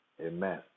Amen